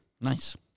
Nice